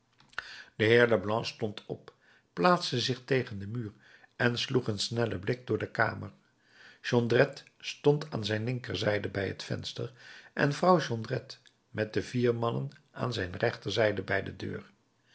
de heer leblanc stond op plaatste zich tegen den muur en sloeg een snellen blik door de kamer jondrette stond aan zijn linkerzijde bij het venster en vrouw jondrette met de vier mannen aan zijn rechterzijde bij de deur